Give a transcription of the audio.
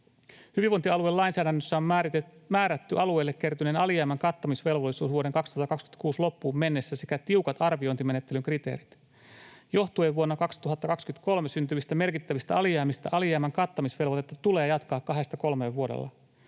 ”Hyvinvointialuelainsäädännössä on määrätty alueille kertyneen alijäämän kattamisvelvollisuus vuoden 2026 loppuun mennessä sekä tiukat arviointimenettelyn kriteerit. Johtuen vuonna 2023 syntyvistä merkittävistä alijäämistä alijäämän kattamisvelvoitetta tulee jatkaa kahdesta